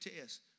test